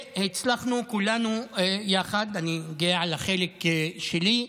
הצלחנו כולנו יחד, ואני גאה על החלק שלי,